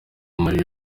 marley